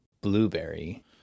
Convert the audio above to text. blueberry